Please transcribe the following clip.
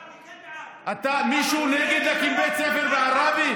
אני כן בעד, מישהו נגד להקים בית ספר בעראבה?